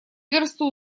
версту